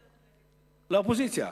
לאופוזיציה.